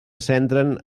centren